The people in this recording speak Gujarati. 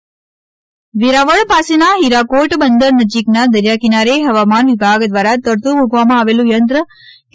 યંત્ર મળી આવ્યું વેરાવળ પાસેના હિરાકોટ બંદર નજીકના દરિયાકિનારે હવામાન વિભાગ દ્વારા તરતું મુકવામાં આવેલું યંત્ર